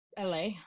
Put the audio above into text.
LA